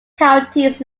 counties